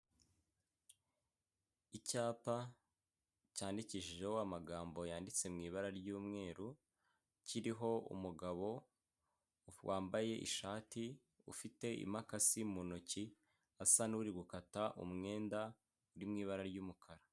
Icyapa cyandikishijeho amagambo yanditse m'ibara ry'umweru kiriho umugabo wambaye ishati ufite impakasi mu ntoki asa n'uri gukata umwenda uri mu ibara ry'umukara.